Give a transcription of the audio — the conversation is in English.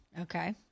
Okay